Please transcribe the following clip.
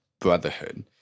brotherhood